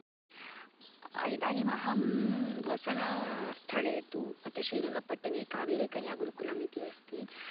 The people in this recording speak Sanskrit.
इदानीं अहं वसनस्थले तु अत श्रीरङ्गपट्टने कावेरीकन्यागुरुकुलम् इति अस्ति